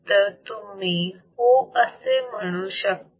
तर तुम्ही हो असे म्हणू शकता